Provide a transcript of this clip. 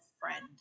friend